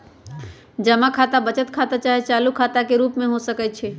जमा खता बचत खता चाहे चालू खता के रूप में हो सकइ छै